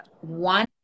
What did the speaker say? one